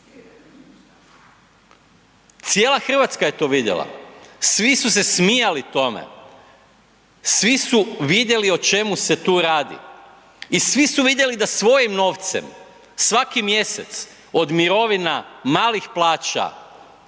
Cijela Hrvatska je to vidjela, svi su smijali tome, svi su vidjeli o čemu se to radi i svi su vidjeli da svojim novcem svaki mjesec od mirovina, malih plaća